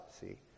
see